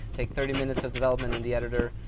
take thirty minutes of development in the editor,